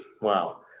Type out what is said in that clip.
Wow